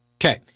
Okay